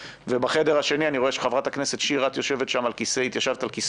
ובחדר השני אני רואה שחברת הכנסת שיר את יושבת שם על כיסא היושב-ראש.